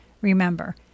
Remember